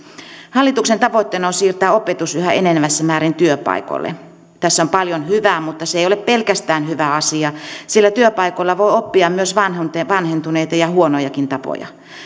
hallituksen tavoitteena on siirtää opetus yhä enenevässä määrin työpaikoille tässä on paljon hyvää mutta se ei ole pelkästään hyvä asia sillä työpaikoilla voi oppia myös vanhentuneita ja huonojakin tapoja